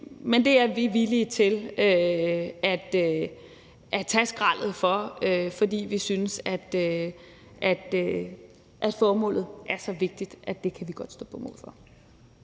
men det er vi villige til at tage skraldet for, fordi vi synes, at formålet er så vigtigt, at det kan vi godt stå på mål for.